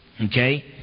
Okay